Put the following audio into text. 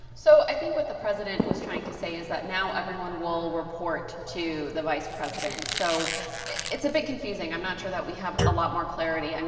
so i think what the president was trying to say is that now everyone will report to the vice president. so it's a bit confusing. i'm not sure that we have a lot more clarity. i mean